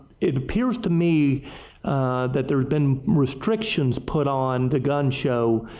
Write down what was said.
it appears to me that there has been restrictions put on the gun show,